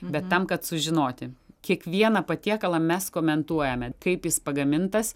bet tam kad sužinoti kiekvieną patiekalą mes komentuojame kaip jis pagamintas